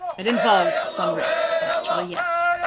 and involves some risk, actually, yes.